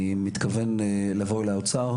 אני מתכוון לבוא לאוצר,